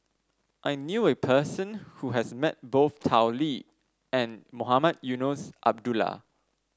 I knew a person who has met both Tao Li and Mohamed Eunos Abdullah